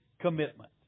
commitment